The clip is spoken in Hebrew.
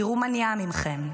תראו מה נהיה מכם.